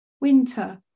winter